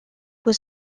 was